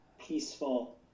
peaceful